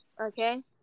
okay